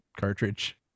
cartridge